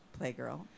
Playgirl